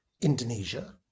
Indonesia